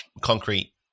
concrete